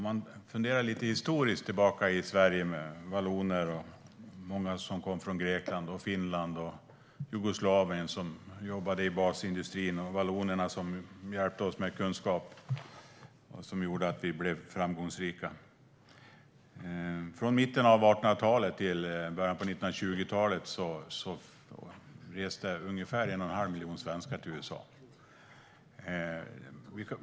Herr talman! Historiskt i Sverige var det många människor från Grekland, Finland och Jugoslavien som jobbade i basindustrin och vallonerna som hjälpte oss med kunskap och som gjorde att vi blev framgångsrika. Från mitten av 1800-talet till början av 1920-talet reste ungefär 1 1⁄2 miljon svenskar till USA.